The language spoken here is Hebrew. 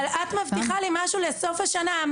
אבל את מבטיחה לי משהו לסוף השנה,